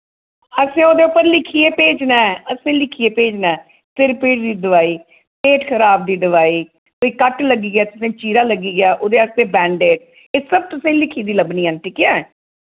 असें ओह्दे उप्पर लिखियै भेजना ऐ असें लिखियै भेजना ऐ सिर पीड़ दी दोआई पेट खराब दी दवाई कोई कट लग्गी गेआ तुसेंगी चीरा लग्गी गेआ ओह्दे आस्तै बैंडेड एह् सब तुसें गी लिखी दियां लब्भनियां न ठीक ऐ